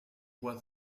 was